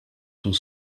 sont